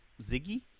Ziggy